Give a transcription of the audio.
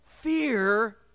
fear